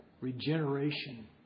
Regeneration